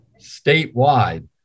statewide